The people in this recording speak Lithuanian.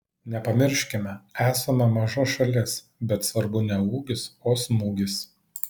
nepamirškime esame maža šalis bet svarbu ne ūgis o smūgis